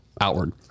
outward